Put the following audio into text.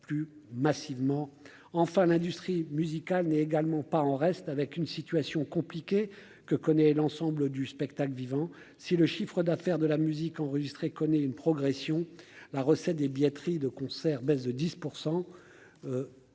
plus massivement enfin l'industrie musicale n'est également pas en reste avec une situation compliquée que connaît l'ensemble du spectacle vivant, si le chiffre d'affaires de la musique enregistrée, connaît une progression la recette des billetteries de concerts, baisse de 10